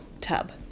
tub